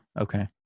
Okay